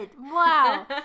wow